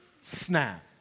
snap